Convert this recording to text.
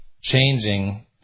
changing